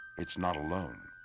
it's not alone.